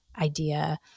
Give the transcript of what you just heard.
idea